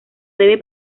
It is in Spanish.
debe